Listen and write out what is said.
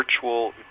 virtual